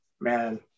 man